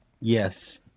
Yes